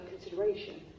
consideration